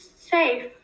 safe